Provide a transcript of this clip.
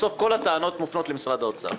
בסוף כל הטענות מופנות למשרד האוצר.